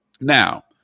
Now